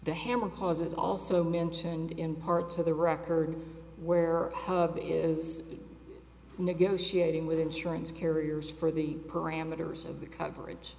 the hammer cause is also mentioned in parts of the record where the is negotiating with insurance carriers for the parameters of the coverage